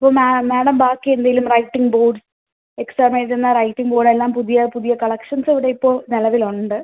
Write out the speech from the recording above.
ഓ മാ മാഡം ബാക്കി എന്തേലും റൈറ്റിങ് ബോഡ് എക്സാം എഴുതുന്ന റൈറ്റിങ് ബഡെല്ലാം പുതിയ പുതിയ കളക്ഷൻസ് ഇവിടെ ഇപ്പോൾ നിലവിലുണ്ട്